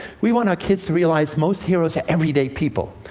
we want our kids to realize most heroes are everyday people,